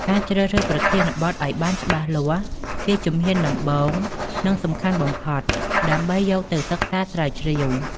ការជ្រើសរើសប្រធានបទ ឱ្យបានច្បាស់លាស់ជាជំហានដំបូង និងសំខាន់បំផុត ដើម្បីយកទៅសិក្សាស្រាវជ្រាវ។